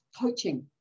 coaching